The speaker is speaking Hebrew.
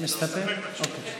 מסתפק בתשובה.